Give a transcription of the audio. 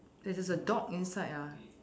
there is a dog inside ah